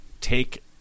take